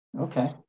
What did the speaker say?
Okay